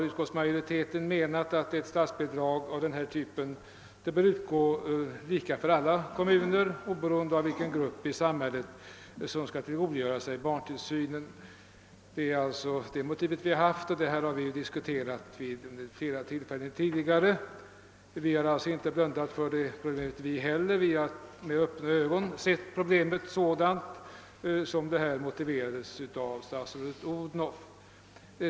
Utskottsmajoriteten har ansett att ett statsbidrag av denna typ bör vara lika för alla kommuner, oberoende av vilken grupp i samhället som skall tillgodogöra sig barntillsynen. Det är motivet för vårt ställningstagande i denna fråga, som vi tidigare diskuterat vid flera tillfällen. Inte heller vi är alltså blinda för detta problem; vi har med öppna ögon sett problemet sådant det här beskrevs av statsrådet Odhnoff.